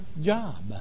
job